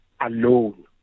alone